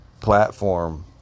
platform